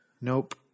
Nope